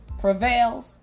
prevails